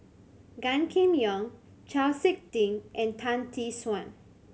Gan Kim Yong Chau Sik Ting and Tan Tee Suan